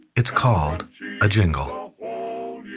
it's called a jingle.